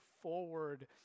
forward